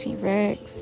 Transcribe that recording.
T-Rex